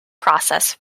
process